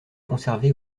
conservée